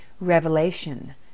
Revelation